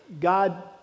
God